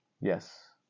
Yes